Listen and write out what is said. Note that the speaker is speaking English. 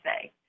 say